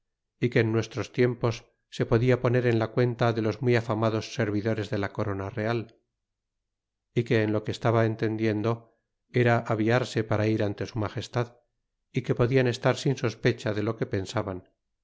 y que en nuestros tiempos se podia poner en la cuenta de los muy afamados servidores de la corona real y que en lo que estaba entendiendo era aviarse para ir ante su magestad y que podian estar sin sospecha de lo que pensaban